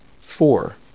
Four